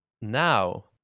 now